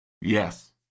Yes